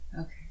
Okay